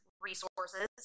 resources